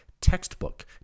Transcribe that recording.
textbook